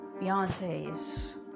Beyonce's